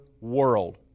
world